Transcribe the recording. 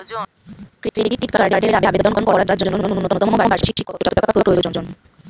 Credit কার্ডের আবেদন করার জন্য ন্যূনতম বার্ষিক কত টাকা প্রয়োজন?